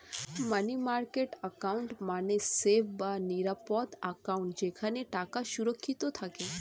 মানি market account মানে safe বা নিরাপদ অ্যাকাউন্ট যেখানে টাকা সুরক্ষিত থাকে